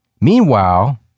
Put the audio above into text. Meanwhile